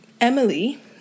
Emily